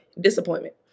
Disappointment